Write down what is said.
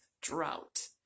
drought